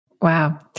Wow